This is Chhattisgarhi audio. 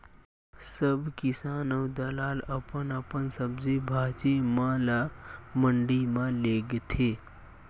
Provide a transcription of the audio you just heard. सब किसान अऊ दलाल अपन अपन सब्जी भाजी म ल मंडी म लेगथे